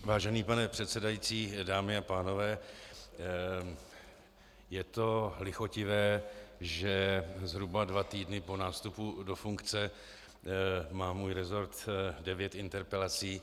Vážený pane předsedající, dámy a pánové, je to lichotivé, že zhruba dva týdny po nástupu do funkce má můj resort devět interpelací.